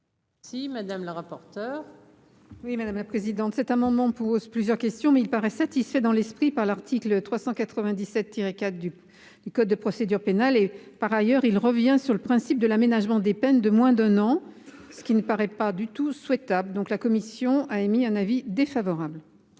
Si Madame la rapporteure. Oui, madame la présidente, cet amendement pose plusieurs questions mais il paraît satisfait dans l'esprit par l'article 397 tiré quatre du code de procédure pénale et par ailleurs, il revient sur le principe de l'aménagement des peines de moins d'un an, ce qui ne paraît pas du tout souhaitable, donc la commission a émis un avis défavorable.